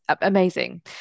amazing